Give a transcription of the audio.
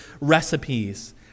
recipes